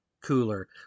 cooler